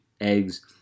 eggs